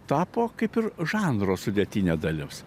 tapo kaip ir žanro sudėtinė dalis